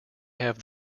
have